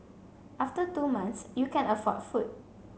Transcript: after two months you can afford food